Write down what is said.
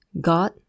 God